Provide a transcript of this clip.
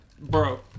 Bro